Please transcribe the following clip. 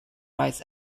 rights